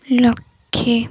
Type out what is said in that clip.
ଲକ୍ଷ